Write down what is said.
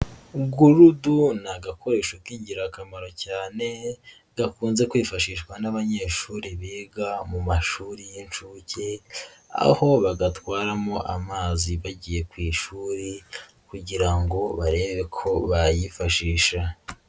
Gurudu ni agakoresho k'ingirakamaro cyane gakunze kwifashishwa n'abanyeshuri biga mu mashuri y'inshuke, aho bagatwaramo amazi bagiye ku ishuri kugira ngo barebe ko bayifashisha.